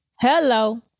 Hello